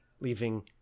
leaving